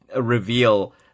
reveal